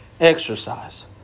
Exercise